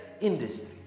industry